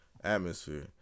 atmosphere